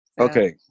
okay